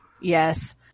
Yes